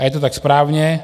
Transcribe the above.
A je to tak správně.